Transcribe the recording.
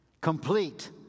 complete